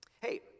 Hey